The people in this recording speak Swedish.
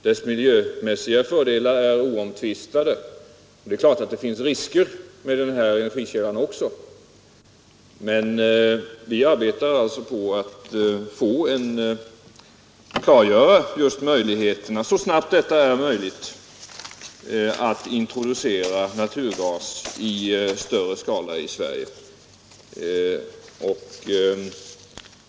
Dess miljömässiga fördelar är oomtvistade. Det är klart att det finns risker också med denna energikälla, men vi arbetar på att så snabbt som möjligt klargöra möjligheterna för att introducera naturgas i större skala i Sverige.